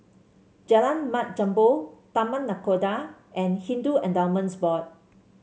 Jalan Mat Jambol Taman Nakhoda and Hindu Endowments Board